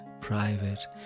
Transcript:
private